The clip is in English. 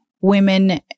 women